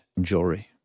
jewelry